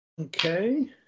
Okay